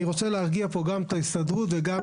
אני רוצה להרגיע פה גם את ההסתדרות וגם